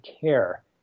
care